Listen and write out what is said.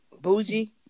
bougie